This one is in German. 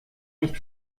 nicht